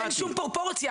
אין שום פרופורציה,